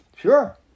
Sure